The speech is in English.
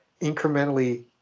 incrementally